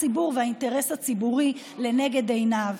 הציבור והאינטרס הציבורי לנגד עיניו.